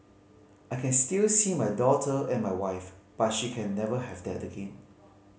I can still see my daughter and my wife but she can never have that again